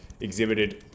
exhibited